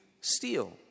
steal